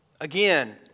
Again